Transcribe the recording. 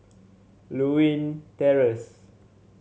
Lewin Terrace